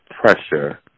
pressure